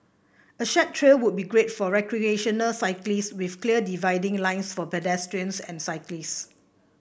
a shared trail would be great for recreational cyclists with clear dividing lines for pedestrians and cyclists